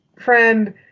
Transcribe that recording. friend